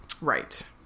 Right